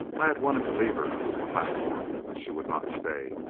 i had wanted to leave her with the platform, but she would not stay.